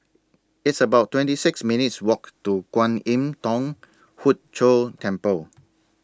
It's about twenty six minutes' Walk to Kwan Im Thong Hood Cho Temple